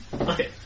Okay